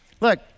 Look